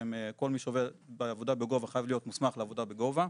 שכל מי שעובד בעבודה בגובה חייב להיות מוסמך לעבודה בגובה,